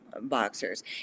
boxers